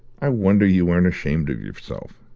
i wonder you aren't ashamed of yourself.